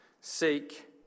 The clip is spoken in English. seek